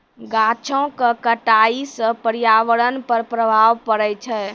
गाछो क कटाई सँ पर्यावरण पर प्रभाव पड़ै छै